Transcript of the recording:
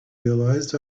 realized